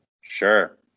Sure